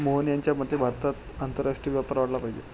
मोहन यांच्या मते भारतात आंतरराष्ट्रीय व्यापार वाढला पाहिजे